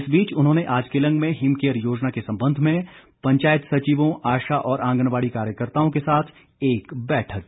इस बीच उन्होंने आज केलंग में हिम केयर योजना के संबंध में पंचायत सचिवों आशा और आंगनबाड़ी कार्यकर्ताओं के साथ एक बैठक की